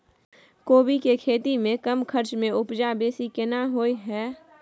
कोबी के खेती में कम खर्च में उपजा बेसी केना होय है?